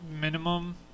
minimum